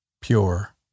Pure